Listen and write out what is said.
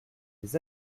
les